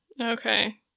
Okay